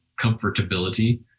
comfortability